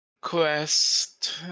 quest